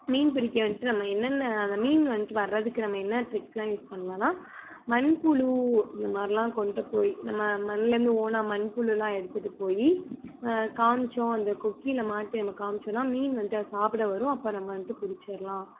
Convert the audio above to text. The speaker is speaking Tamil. மீன் பிடிக்க வந்துட்டு நம்ம என்னென்ன அந்த மீன் வந்துட்டு வர்றதுக்கு நம்ம என்ன ட்ரிக்ஸ்லாம் யூஸ் பண்ணலான்னா மண்ப்புழு இந்த மாரிலாம் கொண்டுட்டு போய் நம்ம மண்லருந்து ஓனா மண்ப்புழுலாம் எடுத்துகிட்டு போய் காம்மிச்சோம் அந்த கொக்கியில மாட்டி நம்ம காம்மிச்சோன்னா மீன் வந்துட்டு அதை சாப்பிட வரும் அப்போ நம்ம வந்துட்டு பிடிச்சிற்லாம்